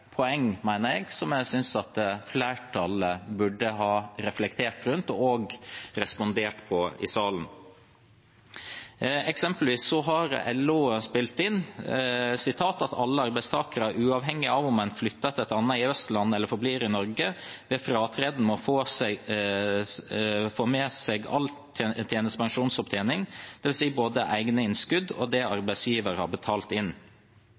jeg, som jeg synes flertallet burde ha reflektert rundt og respondert på i salen. Eksempelvis har LO spilt inn at «alle arbeidstakere, uavhengig av om de flytter til et annet EØS-land eller forblir i Norge, ved fratreden må få med seg all tjenestepensjonsopptjening, dvs. både egne innskudd og det arbeidsgiver har betalt inn».